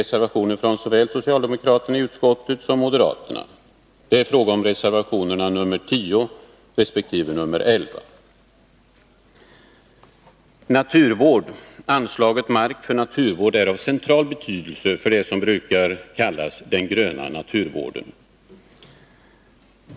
Anslag inom jordsocialdemokraterna i utskottet som moderaterna. Det är fråga om reserva bruksdepartementionerna nr 10 resp. nr 11. Anslaget Mark för naturvård är av central tets verksamhetsbetydelse för det som brukar kallas den gröna naturvården.